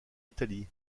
italie